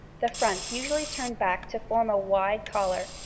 the fronts usually turned back to form a wide collar,